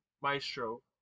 maestro